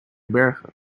bergen